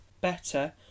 better